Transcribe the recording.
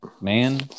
man